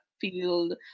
field